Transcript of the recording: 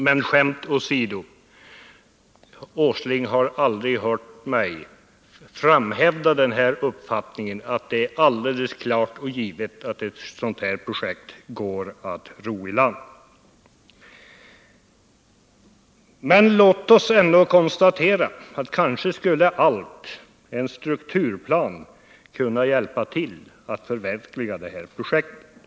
Men skämt åsido: Herr Åsling har aldrig hört mig hävda uppfattningen att det är alldeles klart och givet att ett sådant här projekt går att ro i land. Låt oss ändå konstatera att en strukturplan kanske skulle hjälpa till att förverkliga det här projektet.